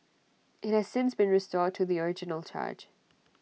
IT has since been restored to the original charge